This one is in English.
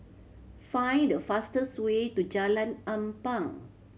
find the fastest way to Jalan Ampang